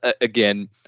again